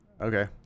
Okay